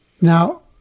now